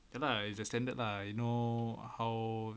tu lah it's the standard lah you know how